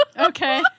Okay